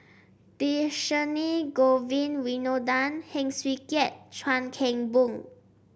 Dhershini Govin Winodan Heng Swee Keat Chuan Keng Boon